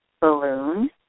balloon